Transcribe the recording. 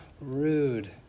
rude